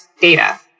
data